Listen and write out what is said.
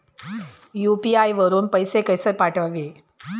UPI वरून पैसे कसे पाठवायचे?